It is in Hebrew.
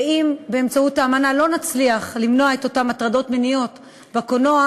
ואם באמצעות האמנה לא נצליח למנוע את אותן הטרדות מיניות בקולנוע,